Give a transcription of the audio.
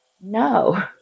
No